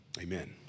Amen